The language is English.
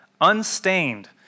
unstained